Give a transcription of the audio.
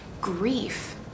grief